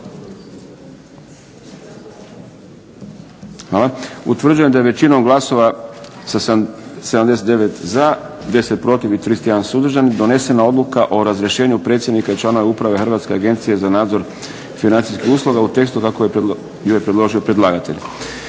Utvrđujem da je većinom glasova za sa 79 za, 10 protiv i 31 suzdržano donesena odluka o razrješenju predsjednika i članova Uprave hrvatske agencije za nadzor financijskih usluga u tekstu kako ga je predložio predlagatelj.